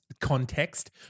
context